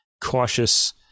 cautious